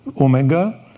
Omega